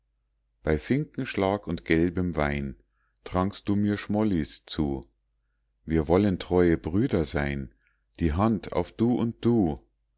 bei finkenschlag und gelbem wein trankst du mir schmollis zu wir wollen treue brüder sein die hand auf du und du